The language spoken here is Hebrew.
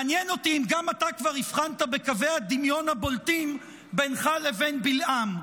מעניין אותי אם גם אתה כבר הבחנת בקווי הדמיון הבולטים בינך לבין בלעם: